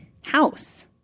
house